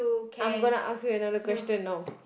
I'm gonna ask you another question now